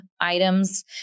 items